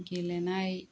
गेलेनाय